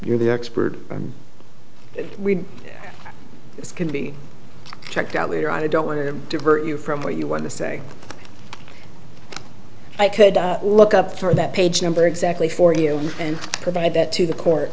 you're the expert we can be checked out later i don't want to divert you from what you want to say i could look up for that page number exactly for you and provide that to the court